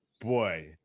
boy